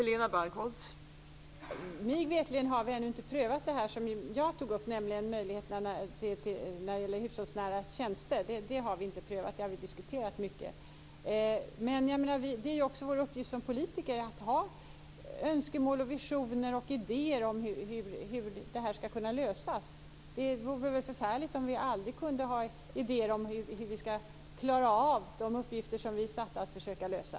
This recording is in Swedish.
Fru talman! Mig veterligen har vi ännu inte prövat det som jag tog upp, nämligen möjligheterna när det gäller hushållsnära tjänster. Det har vi diskuterat mycket. Det är också en uppgift för oss politiker att ha önskemål, visioner och idéer om hur det här skall kunna lösas. Det vore väl förfärligt om vi aldrig hade idéer om hur vi skall klara av de uppgifter som vi är satta att försöka lösa.